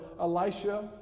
Elisha